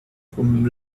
vom